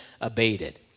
abated